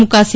મુકાશે